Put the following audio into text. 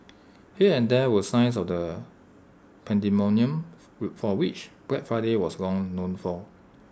here and there were signs of the pandemonium for which Black Friday was long known for